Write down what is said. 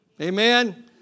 Amen